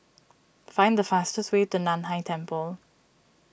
find the fastest way to Nan Hai Temple